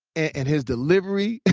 and his delivery,